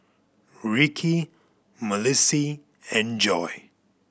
Rikki Malissie and Joy